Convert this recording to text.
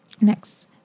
next